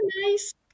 nice